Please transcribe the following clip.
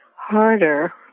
harder